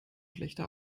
schlechte